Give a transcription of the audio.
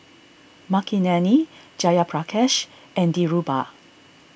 Makineni Jayaprakash and Dhirubhai